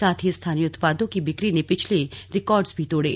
साथ ही स्थानीय उत्पादों की बिक्री ने पिछले रिकॉर्ड भी तोड़े